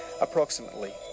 approximately